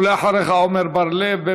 ואחריך עמר בר-לב.